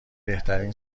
بهترین